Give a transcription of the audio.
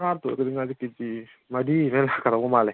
ꯉꯥ ꯄꯨꯂꯞꯅ ꯉꯥꯁꯦ ꯀꯦ ꯖꯤ ꯃꯔꯤ ꯑꯗꯥꯏ ꯂꯥꯛꯀꯗꯧꯕ ꯃꯥꯜꯂꯦ